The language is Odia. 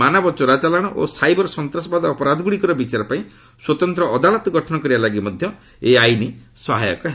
ମାନବ ଚୋରାଚାଲାଣ ଓ ସାଇବର ସନ୍ତାସବାଦ ଅପରାଧଗୁଡ଼ିକର ବିଚାର ପାଇଁ ସ୍ୱତନ୍ତ୍ର ଅଦାଲତ ଗଠନ କରିବା ଲାଗି ମଧ୍ୟ ଏହି ଆଇନ ସହାୟକ ହେବ